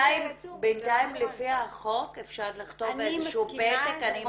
בינתיים לפי החוק אפשר לכתוב איזשהו פתק, אני